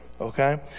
okay